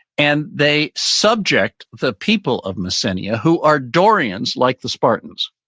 and they subject the people of macedonia who are dorian's like the spartans,